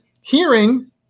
hearing